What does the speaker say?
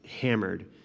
hammered